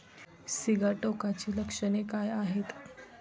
सिगाटोकाची लक्षणे काय आहेत?